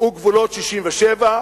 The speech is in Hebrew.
הוא גבולות 67',